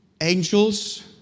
angels